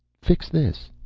fix this.